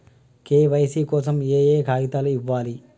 KYC కోసం ఏయే కాగితాలు ఇవ్వాలి?